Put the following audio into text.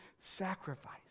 sacrifice